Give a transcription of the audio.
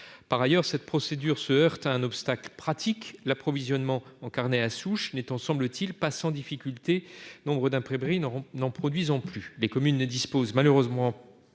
par ailleurs, cette procédure se heurte à un obstacle pratique l'approvisionnement en carnet à souches n'étant, semble-t-il, pas sans difficulté nombre d'imprimerie, nous n'en produisons plus les communes ne dispose malheureusement pas